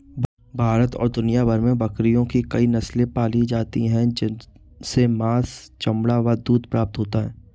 भारत और दुनिया भर में बकरियों की कई नस्ले पाली जाती हैं जिनसे मांस, चमड़ा व दूध प्राप्त होता है